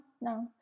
no